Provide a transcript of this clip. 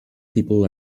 people